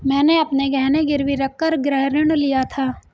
मैंने अपने गहने गिरवी रखकर गृह ऋण लिया था